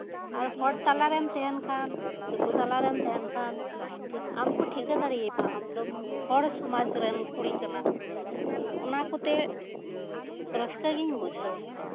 ᱟᱨ ᱦᱚᱲ ᱛᱟᱞᱟᱨᱮᱢ ᱛᱟᱦᱮᱱ ᱠᱟᱱ ᱫᱤᱠᱩ ᱛᱟᱞᱟᱨᱮᱢ ᱛᱟᱦᱮᱱ ᱠᱟᱱ ᱟᱢᱠᱚ ᱴᱷᱤᱠᱟᱹ ᱫᱟᱲᱮ ᱭᱟᱢᱟ ᱟᱢᱫᱚᱢ ᱦᱚᱲᱥᱚᱢᱟᱡ ᱨᱮᱱ ᱠᱩᱲᱤ ᱠᱟᱱᱟᱢ ᱚᱱᱟᱠᱚᱛᱮ ᱨᱟᱹᱥᱠᱟᱹᱜᱤᱧ ᱵᱩᱡᱷᱟᱹᱣᱟ